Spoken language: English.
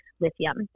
lithium